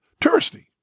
touristy